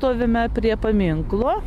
stovime prie paminklo